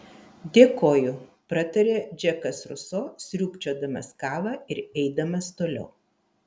dėkoju pratarė džekas ruso sriūbčiodamas kavą ir eidamas toliau